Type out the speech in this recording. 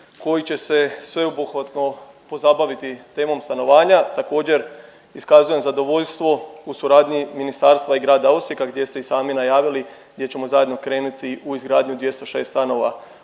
koji će se sveobuhvatno pozabaviti temom stanovanja. Također, iskazujem zadovoljstvo u suradnji ministarstva i Grada Osijeka gdje ste i sami najavili, gdje ćemo zajedno kreniti u izgradnju 206 stanova